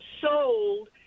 sold